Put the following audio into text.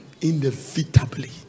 inevitably